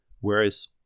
Whereas